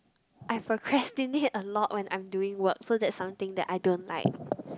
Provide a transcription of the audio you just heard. I have procrastinate a lot when I'm doing work so that something that I don't like